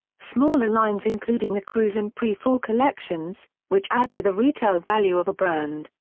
smaller lines including the cruise and pre-fall collections, which add to the retail value of a brand,